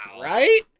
Right